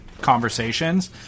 conversations